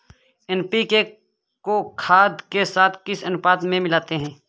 NPK को खाद के साथ किस अनुपात में मिलाते हैं?